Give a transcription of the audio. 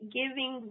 giving